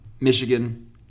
Michigan